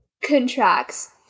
contracts